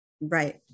Right